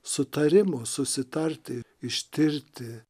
sutarimu susitarti ištirti